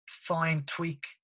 fine-tweak